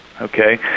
okay